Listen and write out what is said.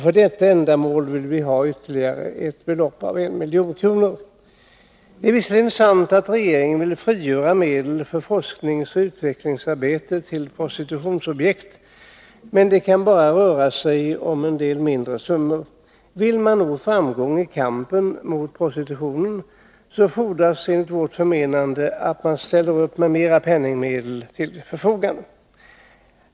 För detta ändamål vill vi anvisa ytterligare ett belopp på 1 milj.kr. Det är visserligen sant att regeringen vill frigöra medel för forskningsoch utvecklingsarbete inom prostitutionsområdet, men det kan bara röra sig om mindre summor. Vill man nå framgång i kampen mot prostitutionen fordras, enligt vårt förmenande, att man ställer mera penningmedel till förfogande.